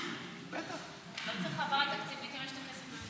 לא צריך העברה תקציבית אם יש את הכסף ממשרד,